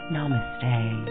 Namaste